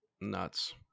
Nuts